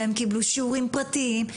והם קיבלו שיעורים פרטיים.